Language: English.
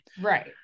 Right